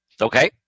Okay